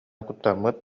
куттаммыт